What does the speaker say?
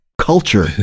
culture